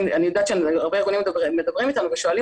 הרבה ארגונים מדברים איתנו ושואלים